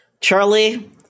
Charlie